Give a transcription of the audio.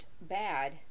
bad